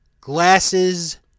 glasses